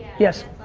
yes.